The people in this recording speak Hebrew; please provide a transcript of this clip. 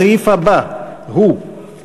בעד, 24, שלושה מתנגדים, אין נמנעים.